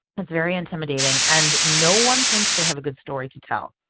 it's very intimidating. and no one thinks they have good story to tell,